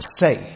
say